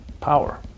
power